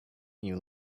you